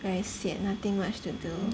very sian nothing much to do